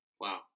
Wow